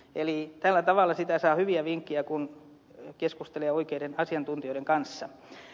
eli tällä tavalla sitä saa hyviä vinkkejä kun keskustelee oikeiden asiantuntijoiden kanssa